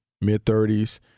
Mid-30s